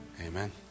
Amen